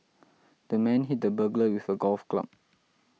the man hit the burglar with a golf club